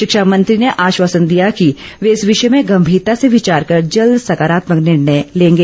शिक्षा मंत्री ने आश्वासन दिया कि वे इस विषय में गंभीरता से विचार कर जल्द सकारात्मक निर्णय लेंगें